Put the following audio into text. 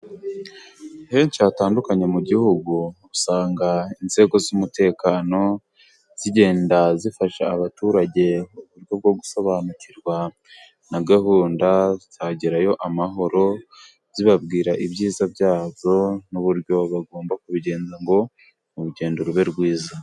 Henshi hatandukanye mu gihugu, usanga inzego z'umutekano zigenda zifasha abaturage uburyo bwo gusobanukirwa na gahunda za "Gerayo amahoro",zibabwira ibyiza byazo, n'uburyo bagomba kubigenza ngo urugendo rube rwiza.